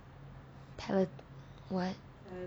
pallia~ what